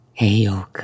heyoka